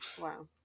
Wow